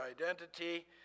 identity